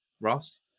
Ross